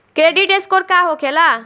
Credit score का होखेला?